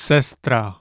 Sestra